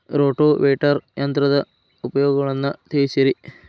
rotavator ಯಂತ್ರದ ಉಪಯೋಗಗಳನ್ನ ತಿಳಿಸಿರಿ